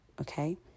Okay